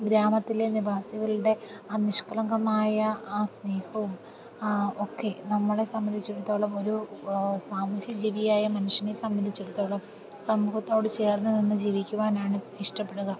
ഗ്രാമത്തിലെ നിവാസികളുടെ ആ നിഷ്കളങ്കമായ ആ സ്നേഹവും ആ ഒക്കെ നമ്മളെ സംബന്ധിച്ചിടത്തോളം ഒരു സാമൂഹ്യജീവിയായ മനുഷ്യനെ സംബന്ധിച്ചിടത്തോളം സമൂഹത്തോട് ചേർന്നു നിന്ന് ജീവിക്കുവാനാണ് ഇഷ്ടപ്പെടുക